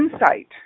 insight